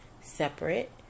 separate